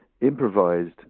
improvised